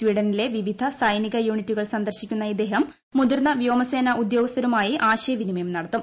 സ്വീഡനിലെ വിവിധ സൈനിക യൂണിറ്റുകൾ സന്ദർശിക്കുന്ന ഇദ്ദേഹം മുതിർന്ന വ്യോമസേന ഉദ്യോഗസ്ഥരുമായിട്ട് ആശയവിനിമയം നടത്തും